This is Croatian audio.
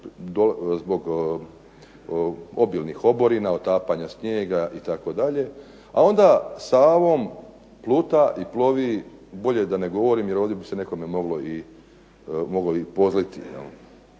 zbog obilnih oborina, otapanja snijega itd. a onda Savom pluta i plovi bolje da ne govorim jer ovdje bi nekome moglo pozliti,